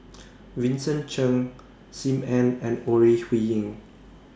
Vincent Cheng SIM Ann and Ore Huiying